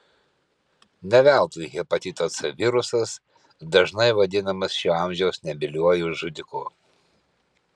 ne veltui hepatito c virusas dažnai vadinamas šio amžiaus nebyliuoju žudiku